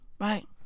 Right